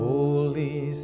Holy